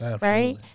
right